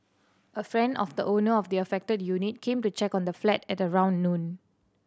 a friend of the owner of the affected unit came to check on the flat at around noon